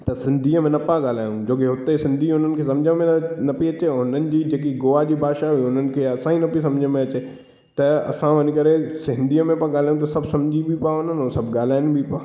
त सिंधीअ में न पिया ॻाल्हायूं जोकि अॻिते सिंधी उन्हनि खे सम्झ में न पई अचे ऐं उन्हनि जी जेकी गोवा जी भाषा उहा उन्हनि खे असां जी न पई सम्झ में अचे त असां वञी करे हिंदीअ में पिया ॻाल्हायूं त सभु सम्झी बि पिया वञनि सभु ॻाल्हाइनि बि पिया